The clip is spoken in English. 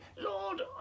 Lord